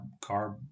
carb